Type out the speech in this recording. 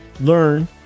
learn